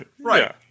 right